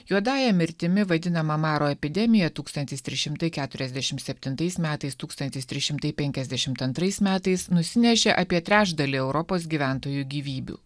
juodąja mirtimi vadinama maro epidemija tūkstantis trys šimtai keturiasdešimt septintais metais tūkstantis trys šimtai penkiasdešimt antrais metais nusinešė apie trečdalį europos gyventojų gyvybių